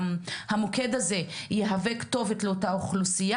שהמוקד הזה יהווה כתובת לאותה אוכלוסיה,